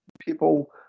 People